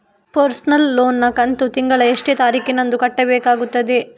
Personal loan ನ ಕಂತು ತಿಂಗಳ ಎಷ್ಟೇ ತಾರೀಕಿನಂದು ಕಟ್ಟಬೇಕಾಗುತ್ತದೆ?